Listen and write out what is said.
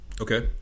Okay